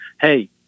Hey